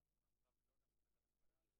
לאין ערוך מחללי צה"ל.